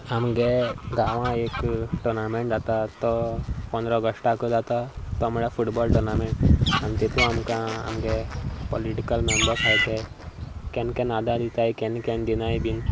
आमच्या गांवां एक टुर्नामेंट जाता तो पंदरा ऑगस्टाक जाता तो म्हळ्यार फुटबॉल टुर्नामेंट आनी तातूंत आमकां आमचे पॉलिटीकल मेंम्बर्स आसात ते केन्ना केन्ना आदार दितात केन्ना केन्ना दिनात बीन